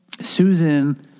Susan